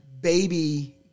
baby